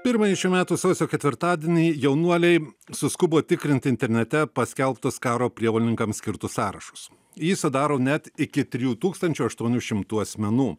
pirmąjį šių metų sausio ketvirtadienį jaunuoliai suskubo tikrint internete paskelbtus karo prievolininkams skirtus sąrašus jį sudaro net iki trijų tūkstančių aštuonių šimtų asmenų